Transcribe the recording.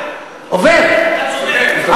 אתה צודק.